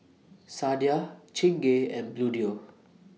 Sadia Chingay and Bluedio